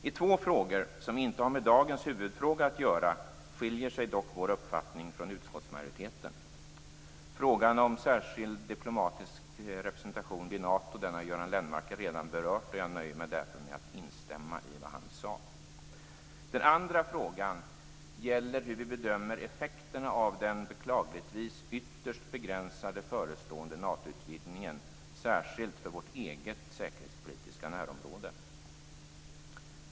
I två frågor, som inte har med dagens huvudfråga att göra, skiljer sig dock vår uppfattning från utskottsmajoritetens. Frågan om särskild diplomatisk representation vid Nato har Göran Lennmarker redan berört, och jag nöjer mig därför med att instämma i vad han sade. Den andra frågan gäller hur vi bedömer effekterna av den beklagligtvis ytterst begränsade förestående Natoutvidgningen, särskilt för vårt eget säkerhetspolitiska närområde.